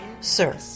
sir